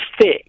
thick